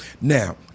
Now